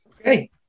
Okay